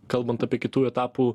kalbant apie kitų etapų